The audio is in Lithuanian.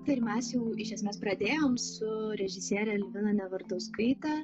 tai ir mes jau iš esmės pradėjom su režisiere elvina nevardauskaite